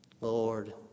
Lord